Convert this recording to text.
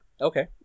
Okay